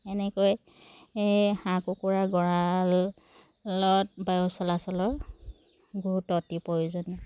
এনেকৈ হাঁহ কুকুৰাৰ গঁৰালত বায়ু চলাচলৰ গুৰুত্ব অতি প্ৰয়োজনীয়